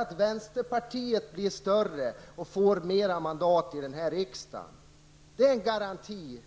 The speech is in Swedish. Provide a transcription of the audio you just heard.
Att vänsterpartiet blir större och får flera mandat i riksdagen är en garanti,